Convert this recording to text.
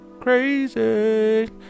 crazy